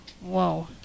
Whoa